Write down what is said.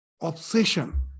obsession